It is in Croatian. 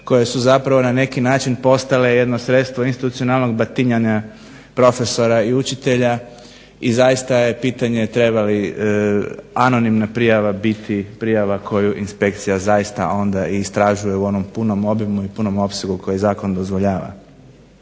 koje su na neki način postale jedno sredstvo institucionalnog batinjanja profesora i učitelja i zaista je pitanje treba li anonimna prijava biti prijava koju inspekcija zaista onda istražuje u onom punom obimu i puno opsegu koji zakon dozvoljava.